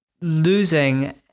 losing